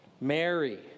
Mary